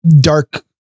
dark